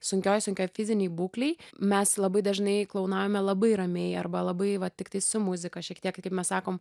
sunkioj sunkioj fizinėj būklėj mes labai dažnai klounaujame labai ramiai arba labai va tiktai su muzika šiek tiek kaip mes sakom